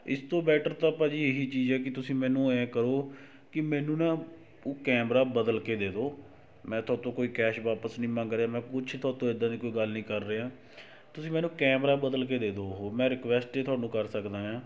ਇਸ ਤੋਂ ਬੈਟਰ ਤਾਂ ਭਾਜੀ ਇਹ ਹੀ ਚੀਜ਼ ਹੈ ਕਿ ਤੁਸੀਂ ਮੈਨੂੰ ਐਂ ਕਰੋ ਕਿ ਮੈਨੂੰ ਨਾ ਉਹ ਕੈਮਰਾ ਬਦਲ ਕੇ ਦੇ ਦਿਓ ਮੈਂ ਤੋਹਾਤੋਂ ਕੋਈ ਕੈਸ਼ ਵਾਪਸ ਨਹੀਂ ਮੰਗ ਰਿਹਾ ਮੈਂ ਕੁਝ ਥੋਹਾਤੋਂ ਇੱਦਾਂ ਦੀ ਗੱਲ ਨਹੀਂ ਕਰ ਰਿਹਾ ਤੁਸੀਂ ਮੈਨੂੰ ਕੈਮਰਾ ਬਦਲ ਕੇ ਦੇ ਦਿਓ ਉਹ ਮੈਂ ਰੀਕਓਸਟ ਹੀ ਤੁਹਾਨੂੰ ਕਰ ਸਕਦਾ ਏ ਹਾਂ